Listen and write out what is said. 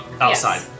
outside